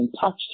touched